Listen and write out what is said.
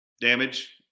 damage